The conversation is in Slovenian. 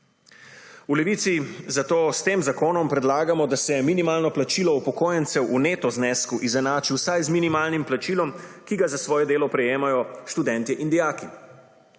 V Levici zato s tem zakonom predlagamo, da se minimalno plačilo upokojencev v neto znesku izenači vsaj z minimalnim plačilom, ki ga za svoje delo prejemajo študenti in dijaki;